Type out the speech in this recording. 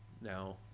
now